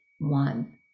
one